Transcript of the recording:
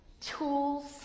tools